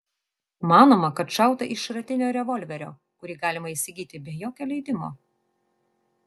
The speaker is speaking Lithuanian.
manoma kad šauta iš šratinio revolverio kurį galima įsigyti be jokio leidimo